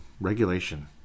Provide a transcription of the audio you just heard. regulation